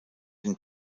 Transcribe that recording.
den